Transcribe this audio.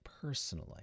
personally